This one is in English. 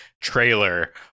trailer